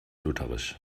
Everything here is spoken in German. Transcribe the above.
lutherisch